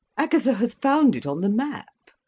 agatha has found it on the map.